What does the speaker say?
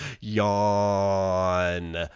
yawn